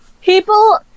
people